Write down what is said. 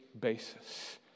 basis